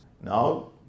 Now